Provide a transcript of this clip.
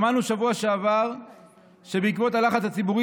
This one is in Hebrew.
שמענו בשבוע שעבר שבעקבות הלחץ הציבורי